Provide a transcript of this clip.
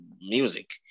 music